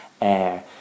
air